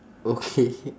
okay